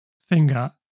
finger